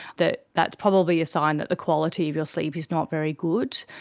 that that's probably a sign that the quality of your sleep is not very good.